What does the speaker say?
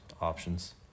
options